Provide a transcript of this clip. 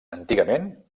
antigament